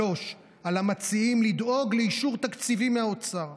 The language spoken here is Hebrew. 3. על המציעים לדאוג לאישור תקציבי מהאוצר,